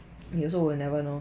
you also will never know